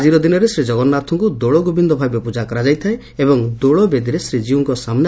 ଆଜିର ଦିନରେ ଶ୍ରୀ ଜଗନ୍ସାଥଙ୍କୁ ଦୋଳଗୋବିଦ ଭାବେ ପୂଜା କରାଯାଇଥାଏ ଏବଂ ଦୋଳବେଦୀରେ ଶ୍ରୀ ଜୀଉଙ୍କ ସାମୁ